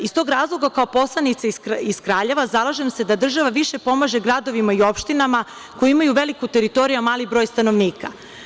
Iz tog razloga, kao poslanica iz Kraljeva, zalažem se da država pomaže više gradovima i opštinama koje imaju veliku teritoriju a mali broj stanovnika.